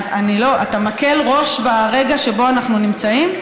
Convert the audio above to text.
אתה מקל ראש ברגע שבו אנחנו נמצאים?